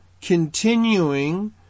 continuing